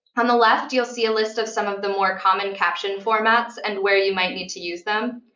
on the left, you'll see a list of some of the more common caption formats and where you might need to use them.